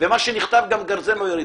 ומה שנכתב גם גרזן לא יוריד.